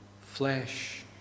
flesh